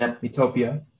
Utopia